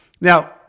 Now